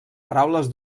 paraules